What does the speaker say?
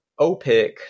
OPIC